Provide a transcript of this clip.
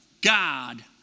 God